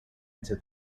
into